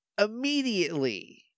immediately –